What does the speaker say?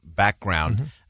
background